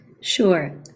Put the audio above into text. Sure